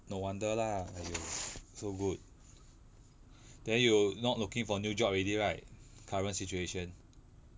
no wonder lah !aiyo! so good then you not looking for new job already right current situation